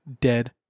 dead